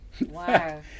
wow